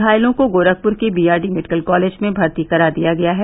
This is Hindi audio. घायलों को गोरखपुर के बीआरडी मेडिकल कॉलेज में भर्ती करा गया है